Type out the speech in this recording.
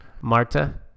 Marta